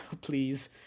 please